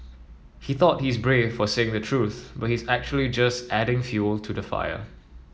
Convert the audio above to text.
he thought he's brave for saying the truth but he's actually just adding fuel to the fire